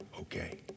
okay